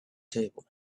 table